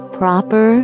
proper